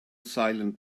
silent